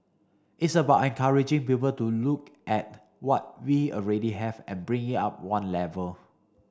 it's about encouraging people to look at what we already have and bring it up one level